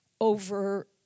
over